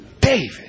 David